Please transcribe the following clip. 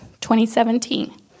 2017